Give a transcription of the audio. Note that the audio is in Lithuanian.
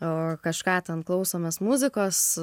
o kažką ten klausomės muzikos